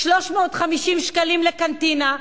350 שקלים לקנטינה,